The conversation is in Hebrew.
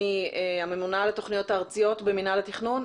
הממונה על התכניות הארציות במינהל התכנון.